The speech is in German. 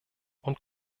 und